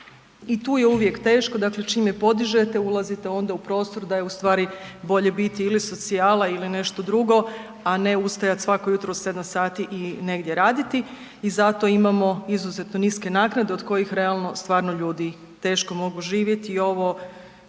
I tu je uvijek teško, dakle čim je podižete, ulazite onda u prostor da je ustvari bolje biti ili socijala ili nešto drugo, a ne ustajati svako jutro u 7 sati i negdje raditi i zato imamo izuzetno niske naknade od kojih realno stvarno ljudi teško mogu živjeti i ovo,